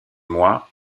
mois